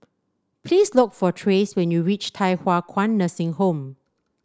please look for Trace when you reach Thye Hua Kwan Nursing Home